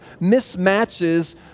mismatches